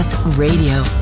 Radio